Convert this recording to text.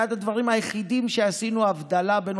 אחד הדברים היחידים שעשינו הבדלה בין